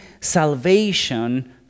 salvation